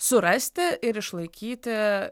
surasti ir išlaikyti